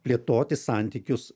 plėtoti santykius